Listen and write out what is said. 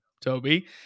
Toby